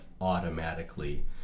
automatically